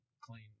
clean